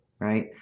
right